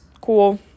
Cool